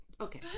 Okay